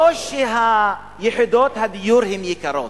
לא שיחידות הדיור הן יקרות,